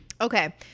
Okay